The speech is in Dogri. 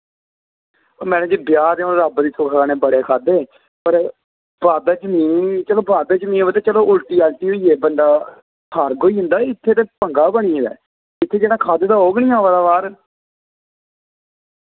ओह् मैडम जी ब्याह् ते हु'न रब्ब दी सुखा कन्नै बड़े खाद्धे पर बद्हज्मी चलो बद्हज्मी ऐ मतलब चलो उल्टी हल्टी होइया बंदा फार्ग होई जंदा इत्थै ते पंगा बनी गेदा ऐ इत्थै जेह्ड़ा खाद्धे ओह् बी निं आवा दा बाह्र